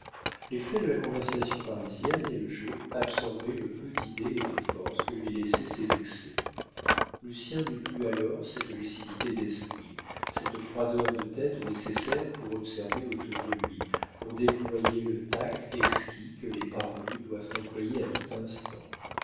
les frais de la conversation parisienne et le jeu absorbaient le peu d'idées et de forces que lui laissaient ses excès lucien n'eut plus alors cette lucidité d'esprit cette froideur de tête nécessaires pour observer autour de lui pour déployer le tact exquis que les parvenus doivent employer à tout instant